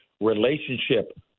relationship